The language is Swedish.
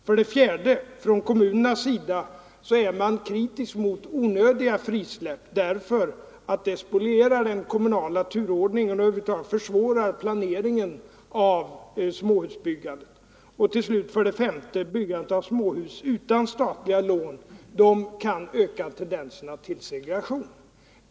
För det fjärde är man från kommunernas sida kritisk mot onödiga frisläpp därför att de spolierar den kommunala turordningen och försvårar planeringen av småhusbyggandet. För det femte kan byggande av småhus utan statliga lån öka tendensen till segregation.